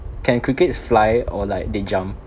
can crickets fly or like they jump